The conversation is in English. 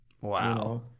Wow